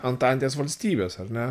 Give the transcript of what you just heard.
antantės valstybės ar ne